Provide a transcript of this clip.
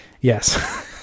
Yes